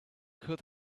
could